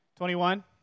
21